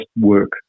work